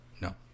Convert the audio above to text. no